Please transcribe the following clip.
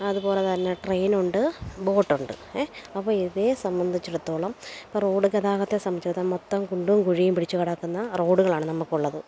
അതുപോലെ തന്നെ ട്രെയിനുണ്ട് ബോട്ടുണ്ട് അപ്പോൾ ഇതേ സംബന്ധിച്ചിടത്തോളം ഇപ്പോൾ റോഡ് ഗതാഗതം സംബന്ധിച്ചിടത്തോളം മൊത്തം കുണ്ടും കുഴിയും പിടിച്ചു കിടക്കുന്ന റോഡുകളാണ് നമുക്ക് ഉള്ളത്